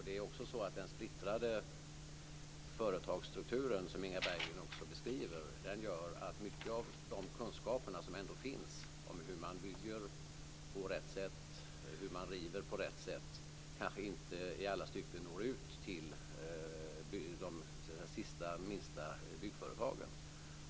Den splittrade företagsstrukturen som Inga Berggren ger en beskrivning av visar att de kunskaper som finns om hur man bygger och river på rätt sätt inte i alla stycken når ut till de minsta byggföretagen.